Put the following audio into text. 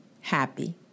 happy